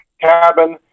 cabin